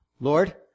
Lord